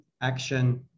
action